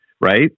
Right